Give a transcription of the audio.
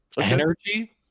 Energy